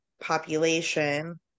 population